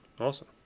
awesome